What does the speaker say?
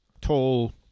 tall